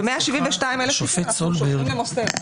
ב-172,000 אנחנו שולחים למוסר.